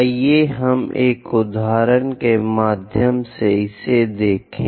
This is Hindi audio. आइए हम एक उदाहरण के माध्यम से इसे देखें